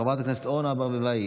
חברת הכנסת אורנה ברביבאי,